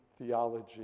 theology